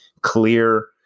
clear